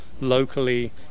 locally